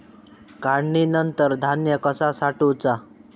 काढणीनंतर धान्य कसा साठवुचा?